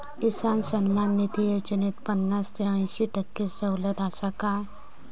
किसान सन्मान निधी योजनेत पन्नास ते अंयशी टक्के सवलत आसा काय?